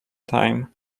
time